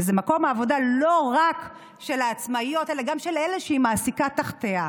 וזה מקום העבודה לא רק של העצמאיות אלא גם של אלה שהיא מעסיקה תחתיה.